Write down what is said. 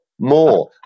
more